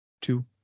two